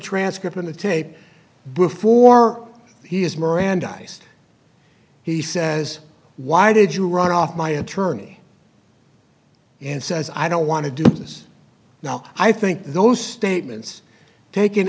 transcript on the tape before he is mirandized he says why did you run off my attorney and says i don't want to do this now i think those statements taken